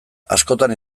askotan